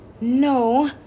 no